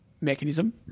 mechanism